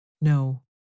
No